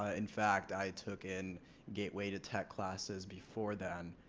ah in fact i took in gateway to tech classes before that.